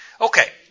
Okay